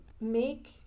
make